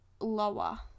lower